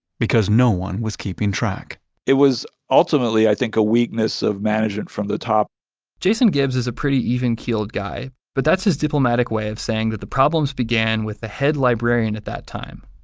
because no one was keeping track it was ultimately, i think, a weakness of management from the top jason gibbs is a pretty even-keeled guy, but that's his diplomatic way of saying that the problems began with the head librarian at that time,